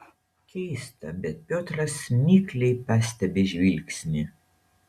keista bet piotras mikliai pastebi žvilgsnį